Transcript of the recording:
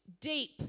deep